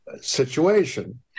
situation